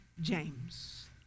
James